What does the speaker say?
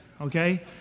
okay